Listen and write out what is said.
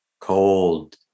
cold